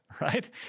right